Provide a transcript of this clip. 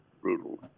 brutal